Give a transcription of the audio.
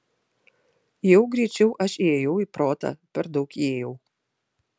jau greičiau aš įėjau į protą per daug įėjau